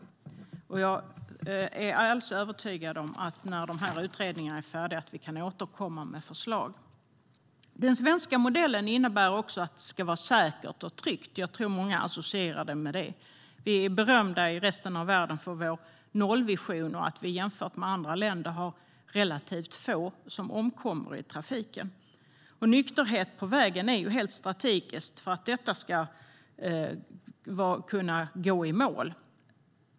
Jag är alldeles övertygad om att vi kan återkomma med förslag när de här utredningarna är färdiga. Den svenska modellen innebär också att det ska vara säkert och tryggt. Jag tror att många associerar den med det. Vi är berömda i resten av världen för vår nollvision och att vi jämfört med andra länder har relativt få som omkommer i trafiken. Och nykterhet på vägen är helt strategiskt för att detta ska kunna gå i mål.